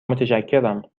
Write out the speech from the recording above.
متشکرم